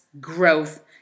growth